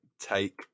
Take